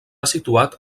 situat